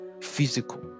physical